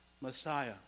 Messiah